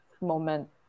moment